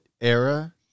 era